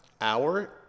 hour